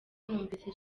numvise